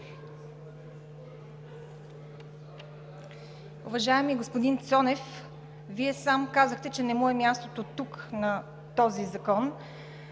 Уважаеми господин Цонев, Вие сам казахте, че не му е мястото тук на този закон,